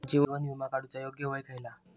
जीवन विमा काडूचा योग्य वय खयला?